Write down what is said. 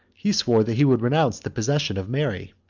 he swore that he would renounce the possession of mary.